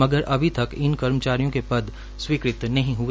मगर अभी तक इन कर्मचारियों के पद स्वीकृत नहीं हए